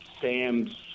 Sam's